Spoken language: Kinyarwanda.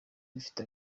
bifite